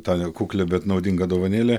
tą kuklią bet naudingą dovanėlę